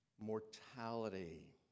mortality